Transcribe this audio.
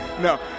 no